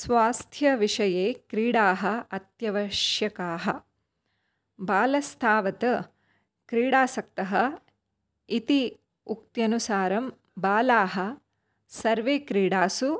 स्वास्थ्य विषये क्रीडाः अत्यावश्यकाः बालस्थावत् क्रीडासक्तः इति उक्त्यनुसारं बालाः सर्वे क्रीडासु